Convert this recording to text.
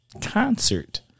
concert